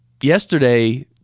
yesterday